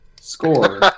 score